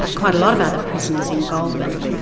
quite a lot of other prisoners in goulburn,